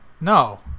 No